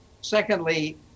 Secondly